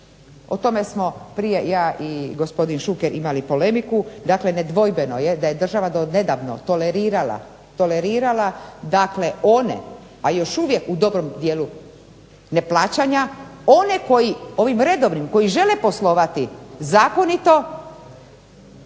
O tome smo prije ja i gospodin Šuker imali polemiku. Dakle, nedvojbeno je da je država donedavno tolerirala one, a još uvijek u dobrom dijelu neplaćanja, one koji ovim redovnim koji žele poslovati zakonito